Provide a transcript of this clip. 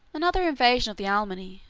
another invasion of the alemanni,